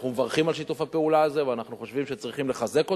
אנחנו מברכים על שיתוף הפעולה הזה ואנחנו חושבים שצריכים לחזק אותו,